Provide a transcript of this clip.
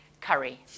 curry